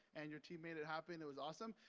and your team made it happen. it was awesome.